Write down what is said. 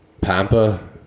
Pampa